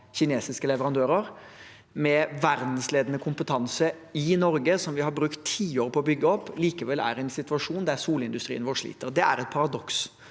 kinesiske leverandører, og med verdensledende kompetanse i Norge, som vi har brukt tiår på å bygge opp, likevel er i en situasjon der solindustrien vår sliter. Det er et paradoks.